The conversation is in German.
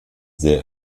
sehr